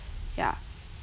yeah